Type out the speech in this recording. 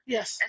Yes